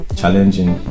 challenging